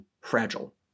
fragile